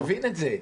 אני מבין את זה.